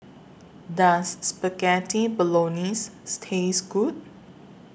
Does Spaghetti Bolognese Taste Good